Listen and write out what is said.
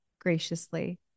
graciously